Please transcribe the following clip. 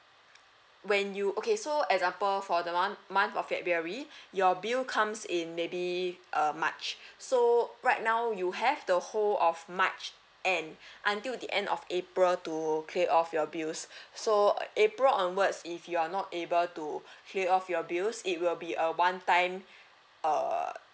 when you okay so example for the month month of february your bill comes in maybe uh march so right now you have the whole of march and until the end of april to clear off your bills so april onwards if you are not able to clear off your bills it will be a one time uh